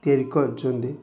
ତିଆରି କରିଛନ୍ତି